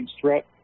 threat